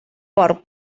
porc